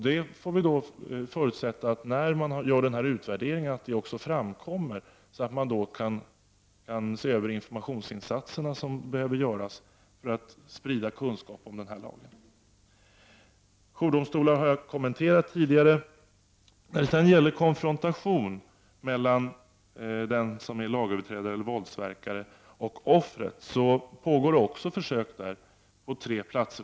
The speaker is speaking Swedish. Vi får förutsätta att detta framkommer när BRÅ gör sin utvärdering, så att BRÅ kan avgöra vilken information som behövs för att kunskap om denna lag skall spridas. Jag har tidigare kommenterat jourdomstolarna. Beträffande konfrontation mellan lagöverträdare eller våldsverkare och offret så pågår ett försök på tre platser.